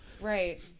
Right